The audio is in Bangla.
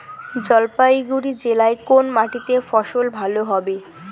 জলপাইগুড়ি জেলায় কোন মাটিতে ফসল ভালো হবে?